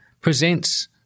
presents